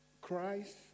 Christ